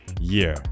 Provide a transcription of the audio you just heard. year